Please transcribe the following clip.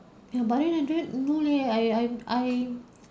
ya but then I don't know leh I I I